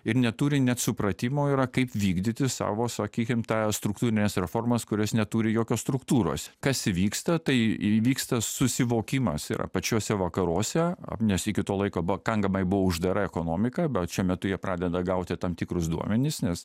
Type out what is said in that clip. ir neturi net supratimo yra kaip vykdyti savo sakykim tą struktūrines reformas kurios neturi jokios struktūros kas įvyksta tai įvyksta susivokimas yra pačiuose vakaruose a nes iki tol laiko pakankamai buvo uždara ekonomika bet šiuo metu jie pradeda gauti tam tikrus duomenis